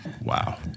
wow